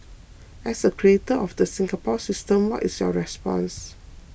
as a creator of the Singapore system what is your response